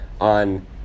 on